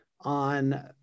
on